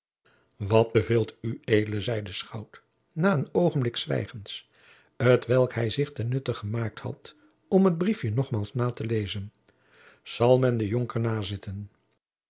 wat beveelt ued zeide de schout na een oogenblik zwijgens t welk hij zich ten nutte gemaakt had om het briefje nogmaals na te lezen zal men den jonker nazitten